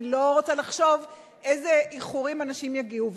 אני לא רוצה לחשוב לאיזה איחורים אנשים יגיעו.